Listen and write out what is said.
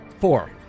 Four